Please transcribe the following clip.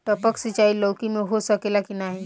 टपक सिंचाई लौकी में हो सकेला की नाही?